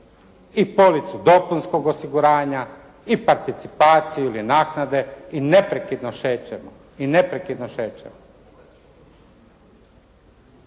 i policu dopunskog osiguranja i participaciju ili naknade i neprekidno šećemo.